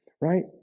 right